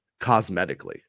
cosmetically